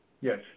Yes